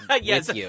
Yes